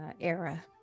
era